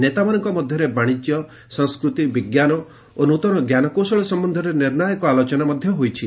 ନେତାମାନଙ୍କ ମଧ୍ୟରେ ବାଣିଜ୍ୟ ସଂସ୍କୃତି ବିଜ୍ଞାନ ଓ ନ୍ନତନ ଜ୍ଞାନକୌଶଳ ସମ୍ଭନ୍ଧରେ ନିର୍ଣ୍ଣାୟକ ଆଲୋଚନା ହୋଇଛି